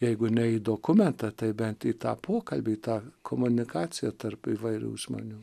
jeigu ne į dokumentą tai bent į tą pokalbį į tą komunikaciją tarp įvairių žmonių